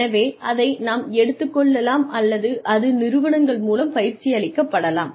எனவே அதை நாம் எடுத்துக் கொள்ளலாம் அல்லது அது நிறுவனங்கள் மூலம் பயிற்சி அளிக்கப்படலாம்